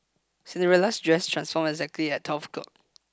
Cinderella's dress transformed exactly at twelve o'clock